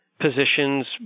positions